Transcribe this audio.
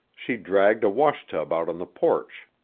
she dragged a wash-tub out on the porch.